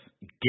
get